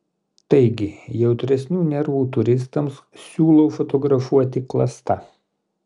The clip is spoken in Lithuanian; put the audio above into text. taigi jautresnių nervų turistams siūlau fotografuoti klasta